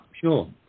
sure